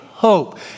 Hope